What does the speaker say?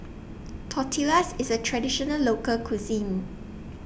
Tortillas IS A Traditional Local Cuisine